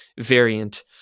variant